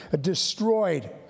destroyed